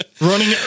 Running